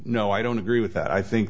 no i don't agree with that i think